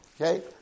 okay